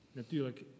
natuurlijk